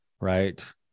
right